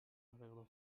navegador